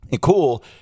Cool